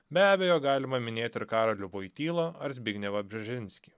be abejo galima minėti ir karolį voitylą ar zbignevą bžežinskį